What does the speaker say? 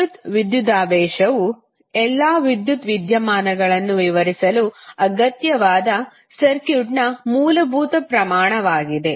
ವಿದ್ಯುತ್ ವಿದ್ಯುದಾವೇಶವು ಎಲ್ಲಾ ವಿದ್ಯುತ್ ವಿದ್ಯಮಾನಗಳನ್ನು ವಿವರಿಸಲು ಅಗತ್ಯವಾದ ಸರ್ಕ್ಯೂಟ್ನ ಮೂಲಭೂತ ಪ್ರಮಾಣವಾಗಿದೆ